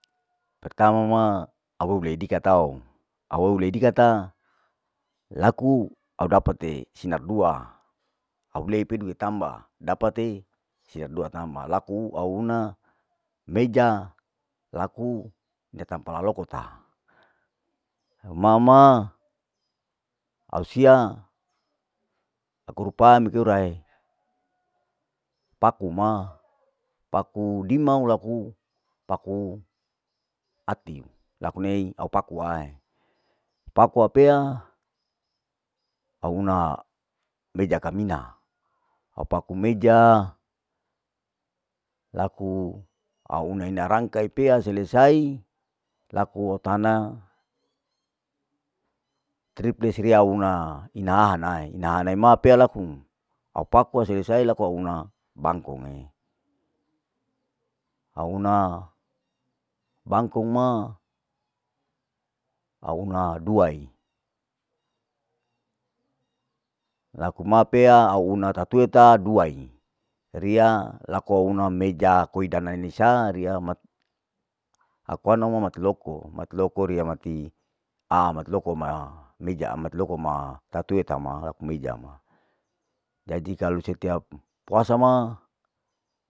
Pertama ma au ei lei dikatau, au ou lei dikata laku au dapate sinar dua, au lei peduke tamba dapate sinar dua tamba laku au huna, meja laku una tampa lalokota, au mama, au sia aku rupa mekeulae, paku ma pakudimau laku, paku ati laku nei au paku ae, paku au pea au una meja kamina, au paku meja laku au una ena rangka pea selesai, laku au tana trupleks riya una, ina hanae, ina hanae ma pea laku, au paku selesai laku au una bangku, au una bangku ma, au una duai, laku ma pea au una tatueta duai, riya laku au una meja koida neni sa riya mat, aku ana ma mat loko, mat loko aku riya mati amat loko maa meja amat loko ma, tapi tue tama laku meja ma, jadi kalu setiap puasa ma.'